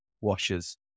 washes